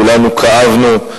כולנו כאבנו,